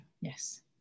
yes